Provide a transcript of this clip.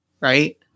right